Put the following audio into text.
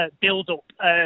build-up